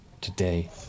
Today